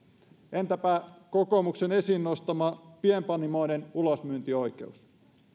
entäpä kokoomuksen esiin nostama pienpanimoiden ulosmyyntioikeus